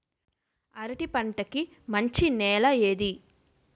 అరటి పంట కి మంచి నెల ఏది?